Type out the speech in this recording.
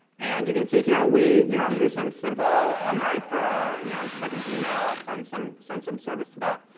and you can see here, we you know do some simple onwrite for you know checking email, send some send some service to that.